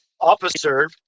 officer